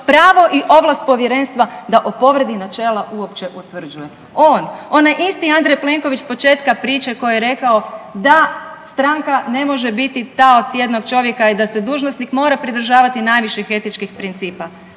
pravo i ovlast povjerenstva da o povredi načela uopće utvrđuje. On, onaj isti Andrej Plenković s početka priče koji je rekao da stranka ne može biti taoc jednog čovjeka i da se dužnosnik mora pridržavati najviših etičkih principa,